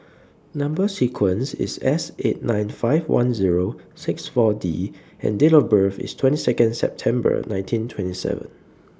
Number sequence IS S eight nine five one Zero six four D and Date of birth IS twenty Second September nineteen twenty seven